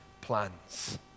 plans